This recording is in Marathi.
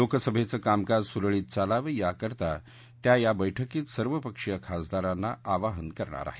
लोकसभेचं कामकाज सुरळीत चालावं याकरता त्या या बैठकीत सर्व पक्षीय खासदारांना आवाहन करणार आहेत